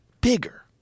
Bigger